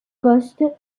coste